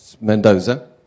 Mendoza